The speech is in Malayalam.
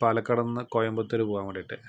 പാലക്കാട് നിന്ന് കൊയമ്പത്തൂര് പോകാൻ വേണ്ടിയിട്ട്